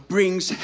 Brings